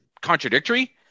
contradictory